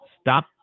stop